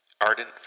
ardent